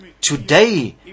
today